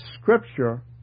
Scripture